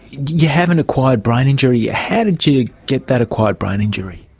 you have an acquired brain injury. how did you you get that acquired brain injury?